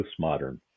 postmodern